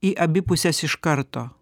į abi puses iš karto